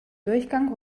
durchgang